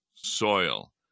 soil